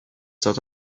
that